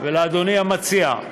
אדוני המציע,